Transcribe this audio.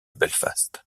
belfast